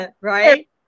Right